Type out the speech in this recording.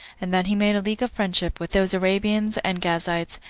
and that he made a league of friendship with those arabians, and gazites,